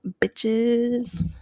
bitches